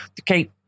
Okay